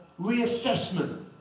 reassessment